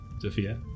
Sophia